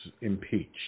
impeached